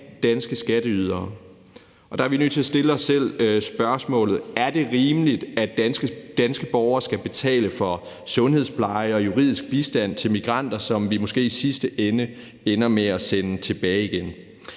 danske skatteydere. Der er vi nødt til at stille os selv spørgsmålet: Er det rimeligt, at danske borgere skal betale for sundhedspleje og juridisk bistand til migranter, som vi måske i sidste ende ender med at sende tilbage igen?